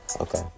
Okay